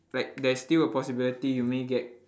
like there's still a possibility you may get